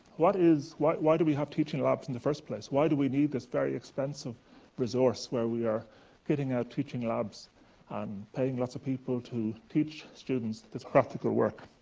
what is why why do we have teaching labs in the first place? why do we need this very expensive resource where we are getting out teaching labs and paying lots of people to teach students this practical work?